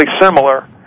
similar